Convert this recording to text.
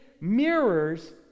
mirrors